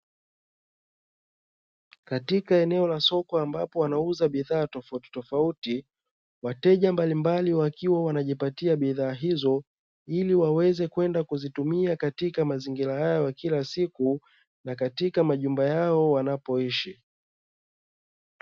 Katika eneo la soko ambapo wanauza bidhaa tofauti tofauti, wateja mbalimbali, wakiwa wanajipatia bidhaa hizo, ili waweze kwenda kuzitumia katika mazingira yao ya kila siku na katika majumba yao wanayoishi.